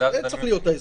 זה צריך להיות ההסדר.